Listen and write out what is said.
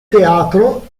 teatro